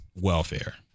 welfare